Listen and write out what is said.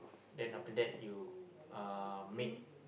then after that you uh make